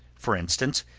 for instance,